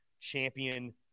champion